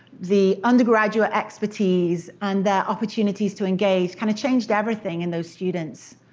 the undergraduate expertise, and the opportunities to engage kinda changed everything in those students,